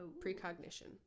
precognition